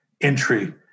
entry